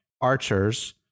archers